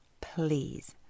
Please